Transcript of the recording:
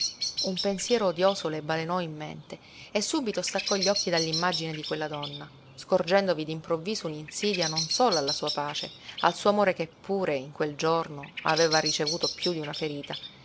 un pensiero odioso le balenò in mente e subito staccò gli occhi dall'immagine di quella donna scorgendovi d'improvviso un'insidia non solo alla sua pace al suo amore che pure in quel giorno aveva ricevuto piú d'una ferita